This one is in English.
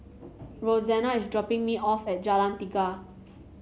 Roxana is dropping me off at Jalan Tiga